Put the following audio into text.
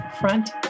Front